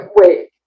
wait